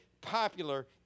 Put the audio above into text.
popular